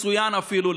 מצוין אפילו,